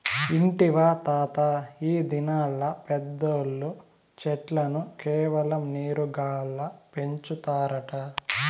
ఇంటివా తాతా, ఈ దినాల్ల పెద్దోల్లు చెట్లను కేవలం నీరు గాల్ల పెంచుతారట